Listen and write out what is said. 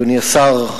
אדוני השר,